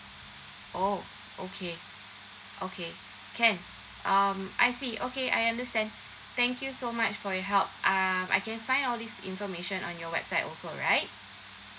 oh okay okay can um I see okay I understand thank you so much for your help uh I can find all this information on your website also right